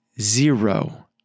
zero